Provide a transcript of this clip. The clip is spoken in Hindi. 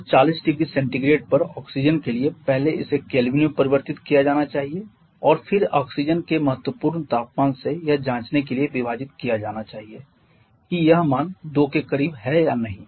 और 40 0C पर ऑक्सीजन के लिए पहले इसे केल्विन में परिवर्तित किया जाना चाहिए और फिर ऑक्सीजन के महत्वपूर्ण तापमान से यह जांचने के लिए विभाजित किया जाना चाहिए कि यह मान 2 के करीब है या नहीं